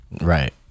Right